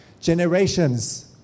Generations